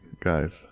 guys